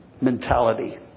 mentality